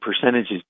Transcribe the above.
percentages